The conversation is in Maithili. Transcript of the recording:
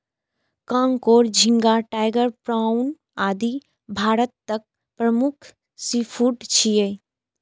कांकोर, झींगा, टाइगर प्राउन, आदि भारतक प्रमुख सीफूड छियै